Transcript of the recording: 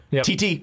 TT